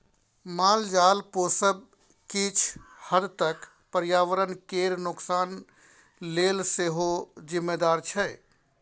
मालजाल पोसब किछ हद तक पर्यावरण केर नोकसान लेल सेहो जिम्मेदार छै